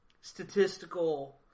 statistical